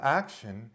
action